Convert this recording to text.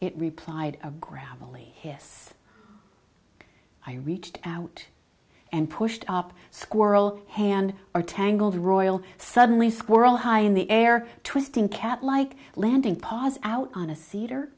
it replied a gravelly yes i reached out and pushed up squirrel hand or tangled royal suddenly squirrel high in the air twisting cat like landing pa's out on a cedar